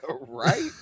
Right